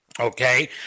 Okay